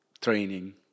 training